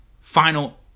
final